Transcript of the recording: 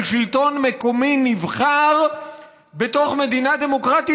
שלטון מקומי נבחר בתוך מדינה דמוקרטית,